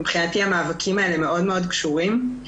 מבחינתי, המאבקים האלה מאוד מאוד קשורים.